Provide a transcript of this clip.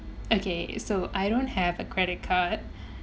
okay so I don't have a credit card